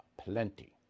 Plenty